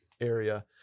area